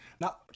Now